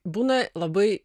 būna labai